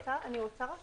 אני רוצה כן